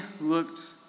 looked